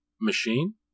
machine